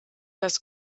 das